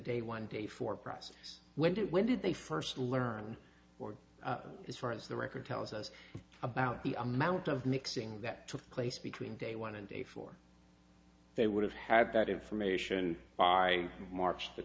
day one day for process when when did they first learn or as far as the record tells us about the amount of mixing that took place between day one and day four they would have had that information by march the